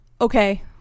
okay